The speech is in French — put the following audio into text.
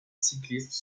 cyclistes